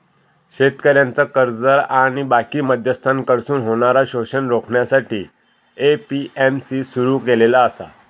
शेतकऱ्यांचा कर्जदार आणि बाकी मध्यस्थांकडसून होणारा शोषण रोखण्यासाठी ए.पी.एम.सी सुरू केलेला आसा